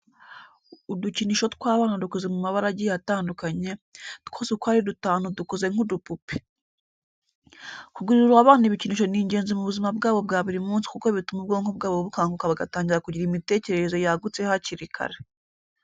Udukinisho tw'abana dukoze mu mabara agiye atandukanye, twose uko ari dutanu dukoze nk'udupupe. Kugurira abana ibikinisho ni ingenzi mu buzima bwabo bwa buri munsi kuko bituma ubwonko bwabo bukanguka bagatangira kugira imitekerereze yagutse hakiri kare.